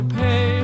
pay